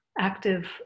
active